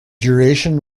duration